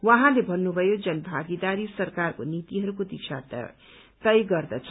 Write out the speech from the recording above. उहाँले भन्नुभयो जन भागीदारी सरकारको नीतिहरूको दिशा तय गर्दछ